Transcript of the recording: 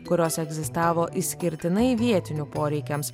kurios egzistavo išskirtinai vietinių poreikiams